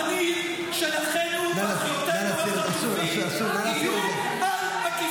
הפנים של אחינו ואחיותינו החטופים יהיו על הכיסאות,